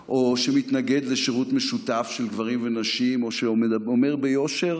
או שמתנגד לשירות משותף של גברים ונשים או שאומר ביושר שהוא,